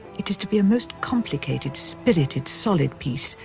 it is to be a most complicated, spirited, solid piece,